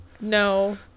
No